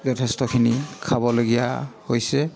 যথেষ্টখিনি খাবলগীয়া হৈছে